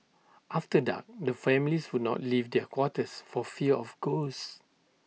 after dark the families would not leave their quarters for fear of ghosts